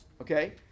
okay